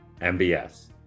MBS